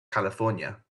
california